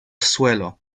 suelo